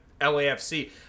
LAFC